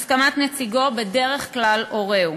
נציגו, בדרך כלל הורהו.